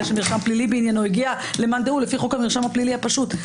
שמרשם פלילי בענייני הגיע למאן דהוא לפי חוק המרשם הפלילי הפשוט.